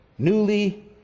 Newly